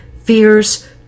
fears